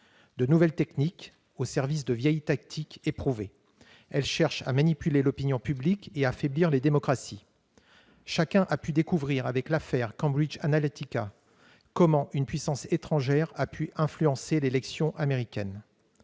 de nouvelles techniques mises au service de vieilles tactiques éprouvées visant à manipuler l'opinion publique et à affaiblir les démocraties. Chacun a pu découvrir, avec l'affaire Cambridge Analytica, de quelle manière une puissance étrangère avait pu influencer l'élection américaine.